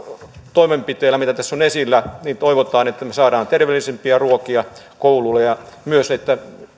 toimenpiteellä mitä tässä on esillä me saamme terveellisempiä ruokia kouluille ja että myös